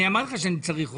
אני אמרתי לך שאני צריך אותך.